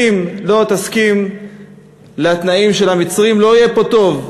אם לא תסכים לתנאים של המצרים, לא יהיה פה טוב.